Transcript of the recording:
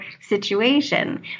situation